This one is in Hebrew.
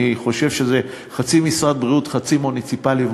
אני חושב שזה חצי משרד הבריאות וחצי מוניציפלי,